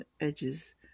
edges